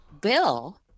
Bill